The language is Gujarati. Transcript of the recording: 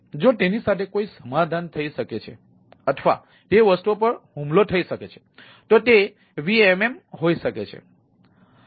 જો તેની સાથે કોઈ સમાધાન થઈ શકે છે અથવા તે વસ્તુઓ પર થોડો હુમલો થઈ શકે છે તો તે VMM હોઈ શકે છે